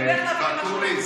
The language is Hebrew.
אני אלך להביא לי משהו לאכול.